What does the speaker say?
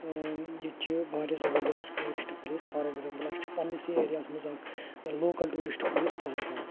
ٲں ییٚتہِ چھِ واریاہ زبردست ٹیٛوٗرسٹہٕ پٕلیس فار ایٚگزامپٕل اسہِ چھُ پننسٕے ایریا ہس منٛز اَکھ لوٗکل ٹیٛوٗرسٹہٕ پٕلیس پہلگام